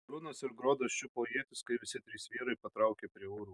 brunas ir grodas čiupo ietis kai visi trys vyrai patraukė prie urvo